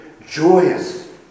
joyous